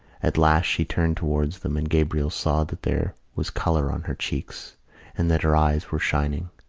at last she turned towards them and gabriel saw that there was colour on her cheeks and that her eyes were shining.